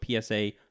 PSA